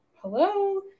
Hello